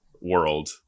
world